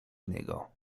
niego